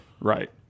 Right